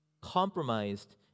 compromised